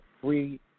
free